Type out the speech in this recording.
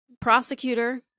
prosecutor